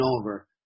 over